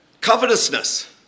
covetousness